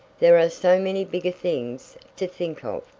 there are so many bigger things to think of.